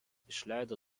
išleido